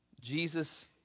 Jesus